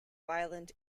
violent